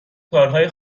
کارهای